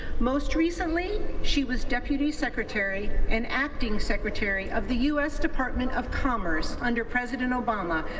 most recently she was deputy secretary and acting secretary of the u s. department of commerce under president obama,